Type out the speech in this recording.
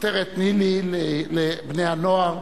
מחתרת ניל"י לבני-הנוער,